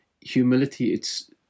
humility—it's